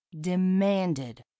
demanded